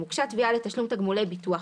"(2) הוגשה תביעה לתשלום תגמולי ביטוח,